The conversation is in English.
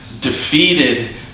defeated